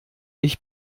ich